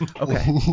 Okay